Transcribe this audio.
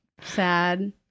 Sad